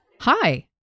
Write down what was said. Hi